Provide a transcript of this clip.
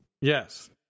Yes